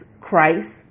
Christ